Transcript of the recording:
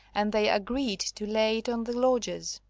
and they agreed to lay it on the lodgers.